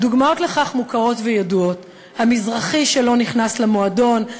הדוגמאות לכך מוכרות וידועות: המזרחי שלא נכנס למועדון,